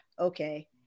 okay